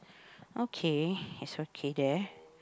okay it's okay there